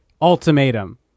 Ultimatum